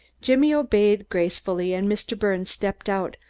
jimmy obeyed gracefully, and mr. birnes stepped out,